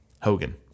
Hogan